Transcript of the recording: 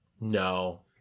No